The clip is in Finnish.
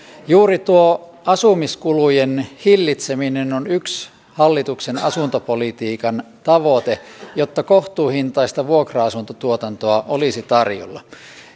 juuri tuo asumiskulujen hillitseminen on yksi hallituksen asuntopolitiikan tavoite jotta kohtuuhintaista vuokra asuntotuotantoa olisi tarjolla